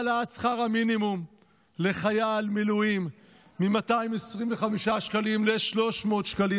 העלאת שכר המינימום לחייל מילואים מ-225 שקלים ל-300 שקלים.